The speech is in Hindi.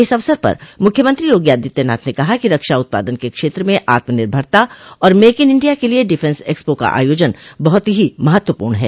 इस अवसर पर मुख्यमंत्री योगो आदित्यनाथ ने कहा कि रक्षा उत्पादन के क्षेत्र में आत्मनिर्भरता और मेक इन इंडिया के लिए डिफेंस एक्सपो का आयोजन बहुत ही महत्वपूर्ण है